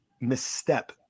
misstep